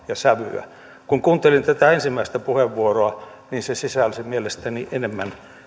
ja sävyä kun kuuntelin tätä ensimmäistä puheenvuoroa niin se sisälsi mielestäni enemmän